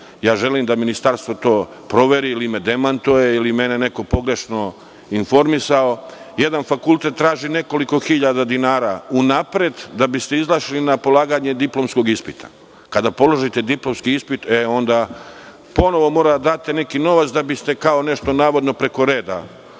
ja želim da ministarstvo to proveri ili me demantuje ili je mene pogrešno informisao, jedan fakultet traži nekoliko hiljada dinara unapred da bi se izašlo na polaganje diplomskog ispita. Kada položite diplomski ispit, onda ponovo morate da date neki novac da biste kao nešto navodno preko reda